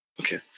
Okay